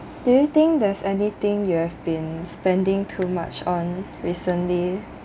do you think there's anything you have been spending too much on recently